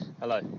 hello